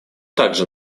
также